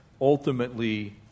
ultimately